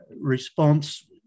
response